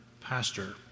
pastor